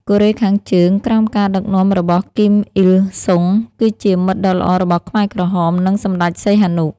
កូរ៉េខាងជើងក្រោមការដឹកនាំរបស់ គីម អ៊ីលសុង គឺជាមិត្តដ៏ល្អរបស់ខ្មែរក្រហម និងសម្ដេចសីហនុ។